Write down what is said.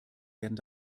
werden